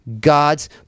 God's